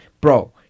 bro